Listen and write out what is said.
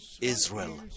Israel